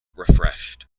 refreshed